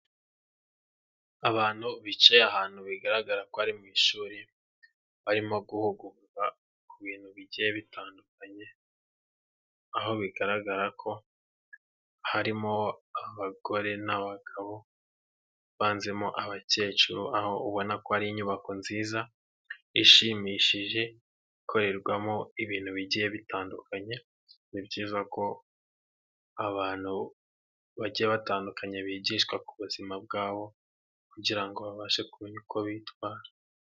Abantu bicaye ahantu bigaragara ko ari mu ishuri, barimo guhugurwa ku bintu bigiye bitandukanye, aho bigaragara ko harimo abagore, n'abagabo, bavanzemo abakecuru, aho ubona ko ari inyubako nziza, ishimishije ikorerwamo ibintu bigiye bitandukanye, ni byiza ko abantu bagiye batandukanye bigishwa ku buzima bwabo, kugira ngo babashe kumenya uko bitwara.